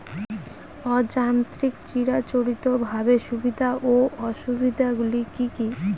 অযান্ত্রিক চিরাচরিতভাবে সুবিধা ও অসুবিধা গুলি কি কি?